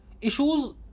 issues